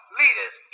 leaders